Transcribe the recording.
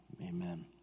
Amen